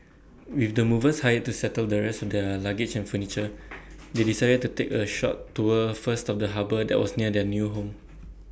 with the movers hired to settle the rest their luggage and furniture they decided to take A short tour first of the harbour that was near their new home